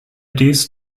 dies